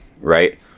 right